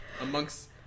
amongst